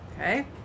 Okay